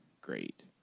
great